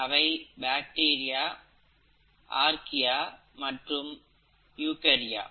அவை bacteria archaea மற்றும் eukarya